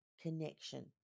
connection